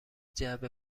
جعبه